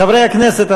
חברי הכנסת,